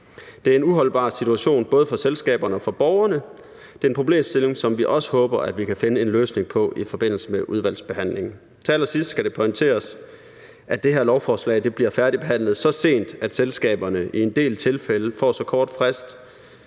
Det er en uholdbar situation både for selskaberne og for borgerne. Det er en problemstilling, som vi også håber vi kan finde en løsning på i forbindelse med udvalgsbehandlingen. Til allersidst skal det pointeres, at det her lovforslag bliver færdigbehandlet så sent, at selskaberne i en del tilfælde får så kort frist,